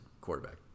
quarterback